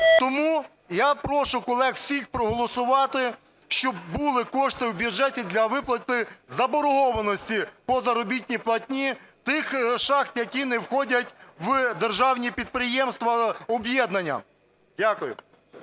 Тому я прошу колег всіх проголосувати, щоб були кошти в бюджеті для виплати заборгованості по заробітній платні тих шахт, які не входять в державні підприємства, об'єднання. Дякую.